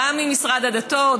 גם עם משרד הדתות,